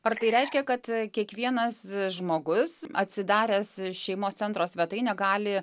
ar tai reiškia kad kiekvienas žmogus atsidaręs šeimos centro svetainę gali